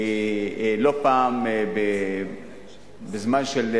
לא פעם, בזמן של,